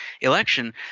election